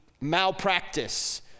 malpractice